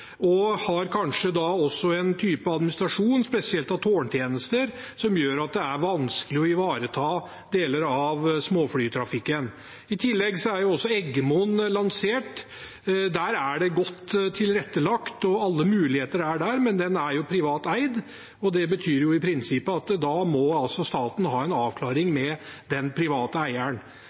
og har kanskje en type administrasjon, spesielt av tårntjenester, som gjør at det er vanskelig å ivareta deler av småflytrafikken. I tillegg er også Eggemoen lansert. Der er det godt tilrettelagt, og alle muligheter er der, men den er jo privat eid, og det betyr i prinsippet at staten må ha en avklaring med den private eieren.